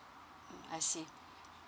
mm I see